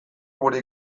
gure